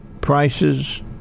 prices